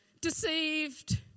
deceived